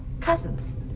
cousins